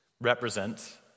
represent